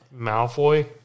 Malfoy